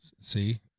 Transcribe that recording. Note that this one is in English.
See